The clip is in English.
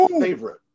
favorite